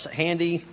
handy